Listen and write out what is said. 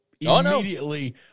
immediately